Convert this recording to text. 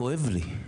כואב לי.